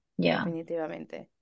Definitivamente